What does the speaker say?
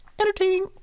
entertaining